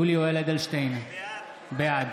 יולי יואל אדלשטיין, בעד